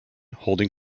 holding